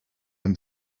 them